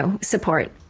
support